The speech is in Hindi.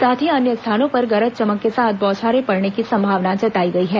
साथ ही अन्य स्थानों पर गरज चमक के साथ बौछारें पड़ने की संभावना जताई गई है